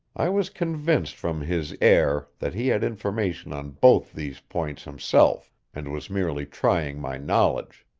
i was convinced from his air that he had information on both these points himself, and was merely trying my knowledge.